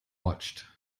watched